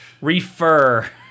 Refer